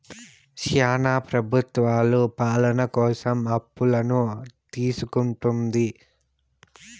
శ్యానా ప్రభుత్వాలు పాలన కోసం అప్పులను తీసుకుంటుంది